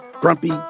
Grumpy